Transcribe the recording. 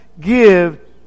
give